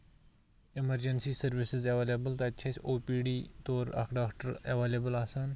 emergency services available تَتہِ چھِ اَسہِ او پی ڈی تور اکھ ڈاکٹر ایٚولیبٕل آسان